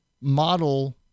model